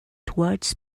towards